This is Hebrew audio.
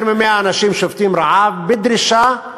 יותר מ-100 אנשים שובתים רעב בדרישה,